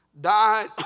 died